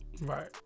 right